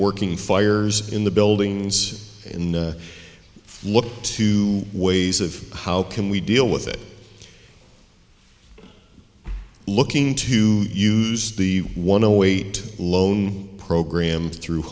working fires in the buildings and look to ways of how can we deal with it looking to use the one oh wait loan program through